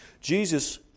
Jesus